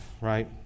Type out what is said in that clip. right